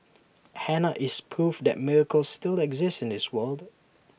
Hannah is proof that miracles still exist in this world